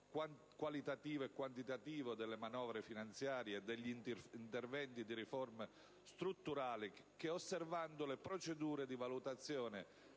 qualitativo e quantitativo delle manovre finanziarie e degli interventi di riforma strutturali, che osservando le procedure di valutazione